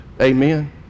amen